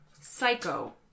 Psycho